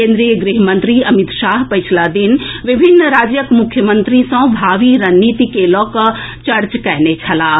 केंद्रीय गृह मंत्री अमित शाह पछिला दिन विभिन्न राज्यक मुख्यमंत्री सँ भावी रणनीति के लऽ कऽ चर्चा कएने छलाह